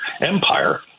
empire